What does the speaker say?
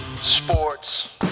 sports